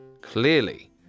Clearly